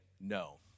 no